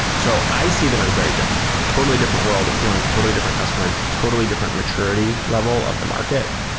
so i see them as very different, totally different world appealing to totally different customers, totally different maturity level of the market.